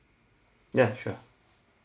ya sure